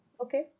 okay